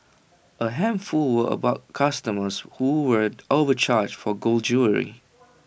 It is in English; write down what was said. A handful were about customers who were overcharged for gold jewellery